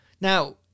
Now